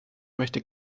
möchte